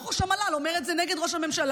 איך ראש המל"ל אומר את זה נגד ראש הממשלה?